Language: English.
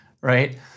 right